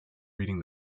reading